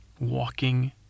walking